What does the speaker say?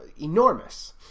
Enormous